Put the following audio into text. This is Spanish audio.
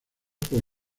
por